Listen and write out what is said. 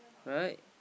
right